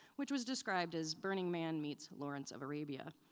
which was described as burning man meets lawrence of arabia.